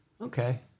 okay